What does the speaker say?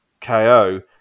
KO